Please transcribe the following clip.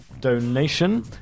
donation